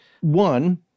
one